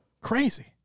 Crazy